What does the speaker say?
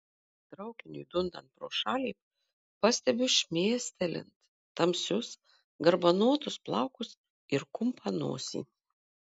traukiniui dundant pro šalį pastebiu šmėstelint tamsius garbanotus plaukus ir kumpą nosį